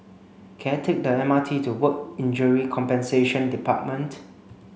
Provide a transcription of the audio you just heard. can I take the M R T to Work Injury Compensation Department